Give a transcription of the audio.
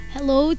Hello